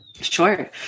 Sure